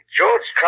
George